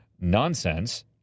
nonsense